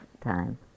time